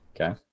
Okay